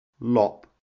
lop